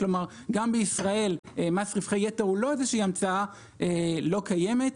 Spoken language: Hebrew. כלומר גם בישראל מס רווחי יתר הוא לא איזושהי המצאה לא קיימת.